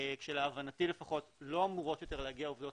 כשלהבנתי לפחות לא אמורות יותר להגיע עובדות